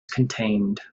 contained